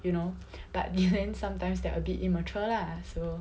you know but then sometimes they're a bit immature lah so